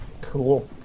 Cool